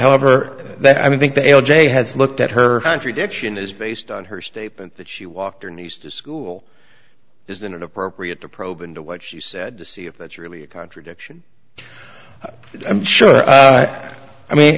however that i think they all day has looked at her contradiction is based on her statement that she walked her knees to school isn't it appropriate to probe into what she said to see if that's really a contradiction i'm sure i mean